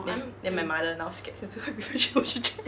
then then my mother now scared to do everywhere she go she check in